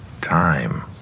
time